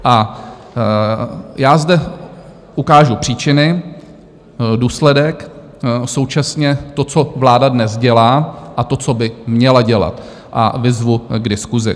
A já zde ukážu příčiny, důsledek, současně to, co vláda dnes dělá, a to, co by měla dělat, a vyzvu k diskusi.